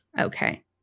Okay